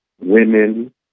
women